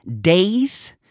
days